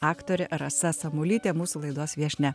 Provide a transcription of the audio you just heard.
aktorė rasa samuolytė mūsų laidos viešnia